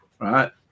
right